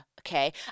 okay